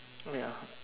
oh ya